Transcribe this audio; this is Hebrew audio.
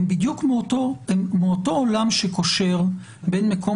הן בדיוק מאותו עולם שקושר בין מקום